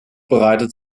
bereitet